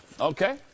Okay